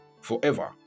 forever